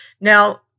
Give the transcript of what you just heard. Now